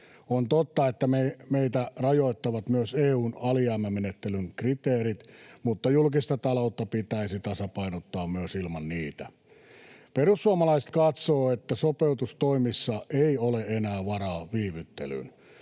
On totta, että meitä rajoittavat myös EU:n alijäämämenettelyn kriteerit, mutta julkista taloutta pitäisi tasapainottaa myös ilman niitä. Perussuomalaiset katsoo, että sopeutustoimissa ei enää ole varaa viivyttelyyn.